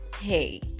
hey